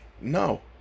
No